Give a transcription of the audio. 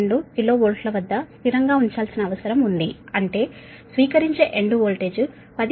2 KV వద్ద స్థిరంగా ఉంచాల్సిన అవసరం ఉంది అంటే స్వీకరించే ఎండ్ వోల్టేజ్ 10